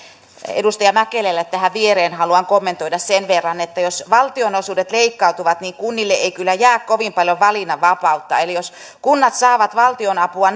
edustaja mäkelälle tähän viereen haluan kommentoida sen verran että jos valtionosuudet leikkautuvat niin kunnille ei kyllä jää kovin paljon valinnanvapautta eli jos kunnat saavat valtionapua